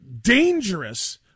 dangerous